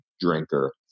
drinker